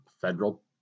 federal